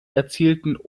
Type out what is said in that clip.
erzielten